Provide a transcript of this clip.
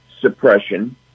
suppression